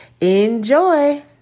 Enjoy